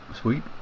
sweet